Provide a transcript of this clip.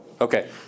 Okay